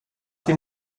dem